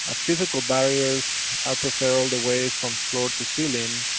ah physical barriers are preferred all the way from floor to ceiling.